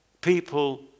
People